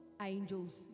angels